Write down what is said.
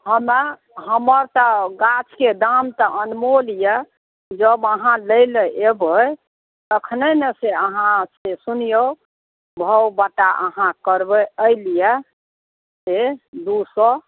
हमर तऽ गाछके दाम तऽ अनमोल अइ जब अहाँ लै लए एबै तखने ने से अहाँ से सुनिऔ भाव बट्टा अहाँ करबै एहि लिए से दू सओ